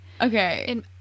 Okay